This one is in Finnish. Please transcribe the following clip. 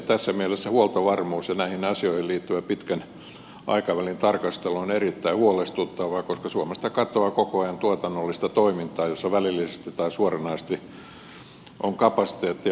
tässä mielessä huoltovarmuus ja näihin asioihin liittyvä pitkän aikavälin tarkastelu on erittäin huolestuttavaa koska suomesta katoaa koko ajan tuotannollista toimintaa jossa välillisesti tai suoranaisesti on kapasiteettia puolustustarviketeollisuuteen